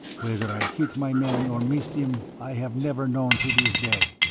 whether i hit my man or missed him, i have never known to this day.